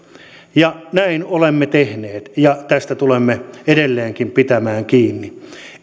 näin olemme tehneet ja tästä tulemme edelleenkin pitämään kiinni